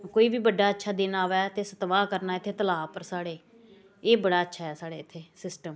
कोई बी बड्डा अच्छा दिन आवै ते सतवाह् करना इ'त्थें तलाऽ उप्पर साढ़े एह् बड़ा अच्छा ऐ साढ़े इ'त्थें सिस्टम